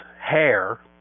hair